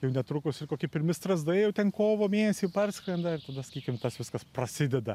jau netrukus ir koki pirmi strazdai jau ten kovo mėnesį parskrenda ir tada sakykim tas viskas prasideda